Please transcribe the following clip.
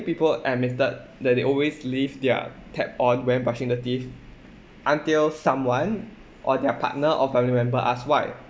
people admitted that they always leave their tap on when brushing their teeth until someone or their partner or family member asked why